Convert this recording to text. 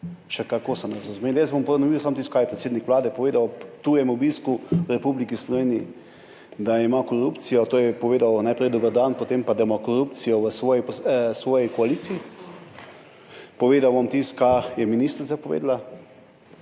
Še kako so nas razumeli. Jaz bom ponovil samo tisto, kar je predsednik Vlade povedal ob tujem obisku v Republiki Sloveniji, da ima korupcijo. To je povedal, najprej dober dan, potem pa, da ima korupcijo v svoji koaliciji. Povedal bom tisto kar je ministrica povedala,